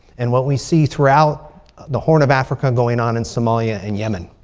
and what we see throughout the horn of africa going on in somalia and yemen.